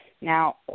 now